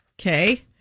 Okay